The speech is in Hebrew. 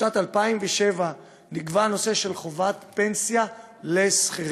בשנת 2007 נקבע הנושא של חובת פנסיה לשכירים,